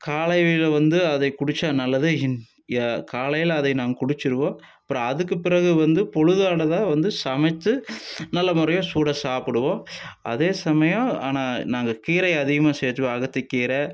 காலையில் வந்து அதை குடிச்சால் நல்லது யா காலையில் அதை நாங் குடிச்சிருவோம் அப்புறோம் அதுக்கு பிறகு வந்து பொழுதானதாக வந்து சமைத்து நல்ல முறையாக சூடாக சாப்பிடுவோம் அதே சமயம் ஆனால் நாங்கள் கீரையை அதிகமாக சேர்த்துப்போம் அகத்தி கீரை